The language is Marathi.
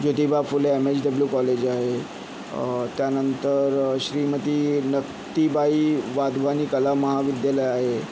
Jyotiba Phule M H W college आहे त्यानंतर श्रीमती नक्तीबाई वाधवानी कला महाविद्यालय आहे